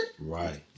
Right